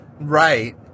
right